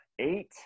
eight